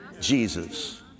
Jesus